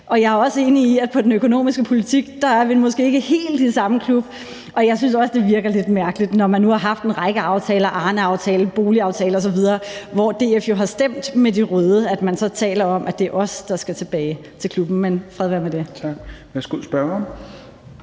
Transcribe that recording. og jeg er også enig i, at vi på den økonomiske politik måske ikke er helt i samme klub. Og jeg synes også, det virker lidt mærkeligt, at man, når man nu har haft en række aftaler, Arneaftalen, boligaftale osv., hvor DF jo har stemt med de røde, så taler om, at det er os, der skal tilbage til klubben, men fred være med det. Kl. 17:37 Tredje